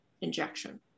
injection